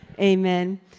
Amen